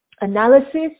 analysis